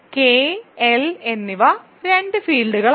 K L എന്നിവ രണ്ട് ഫീൽഡുകളാണ്